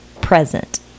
present